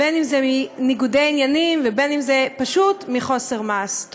בין אם זה מניגודי עניינים ובין אם זה פשוט מחוסר מעש.